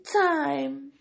time